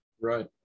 Right